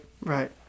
Right